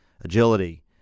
agility